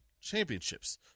championships